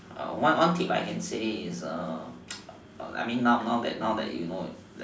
one tip I can say is I mean now that now that you know